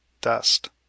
dust